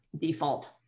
default